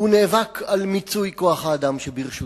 הוא נאבק על מיצוי כוח-האדם שברשותו.